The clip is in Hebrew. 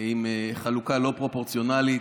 עם חלוקה לא פרופורציונלית,